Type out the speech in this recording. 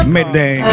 midday